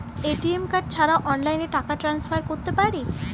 ATM card ছাড়া অনলাইনে টাকা টান্সফার করতে পারি?